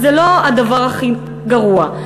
זה לא הדבר הכי גרוע.